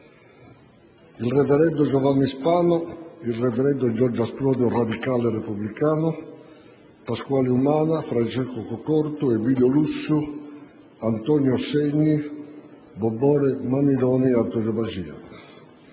il reverendo Giovanni Spano, il reverendo Giorgio Asproni, radicale e repubblicano; Pasquale Umana, Francesco Cocco-Ortu, Emilio Lussu, Antonio Segni, Bobore Mannironi e Antonio Maxia.